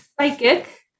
Psychic